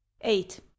eight